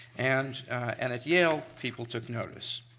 and and at yale, people took notice.